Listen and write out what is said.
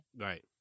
Right